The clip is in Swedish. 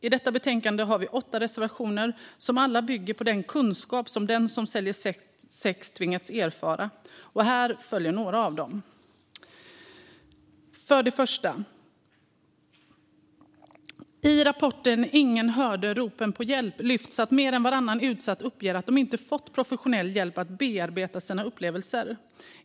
I detta betänkande har vi åtta reservationer som alla bygger på den kunskap som den som säljer sex tvingats erfara. Här följer några av dem. För det första lyfts det i rapporten Ingen hörde ropen på hjälp fram att mer än varannan utsatt uppger att man inte fått professionell hjälp att bearbeta sina upplevelser.